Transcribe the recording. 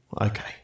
Okay